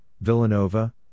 Villanova